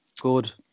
good